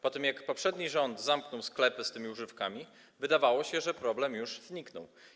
Po tym, jak poprzedni rząd zamknął sklepy z tymi używkami, wydawało się, że problem już zniknął.